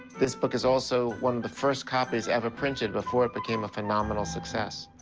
this book is also one of the first copies ever printed before it became a phenomenal success.